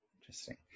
Interesting